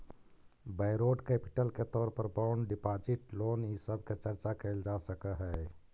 borrowed capital के तौर पर बॉन्ड डिपाजिट लोन इ सब के चर्चा कैल जा सकऽ हई